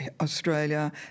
Australia